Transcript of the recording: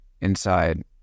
inside